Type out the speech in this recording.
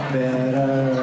better